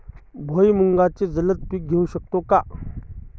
भुईमुगाचे जलद पीक घेऊ शकतो का?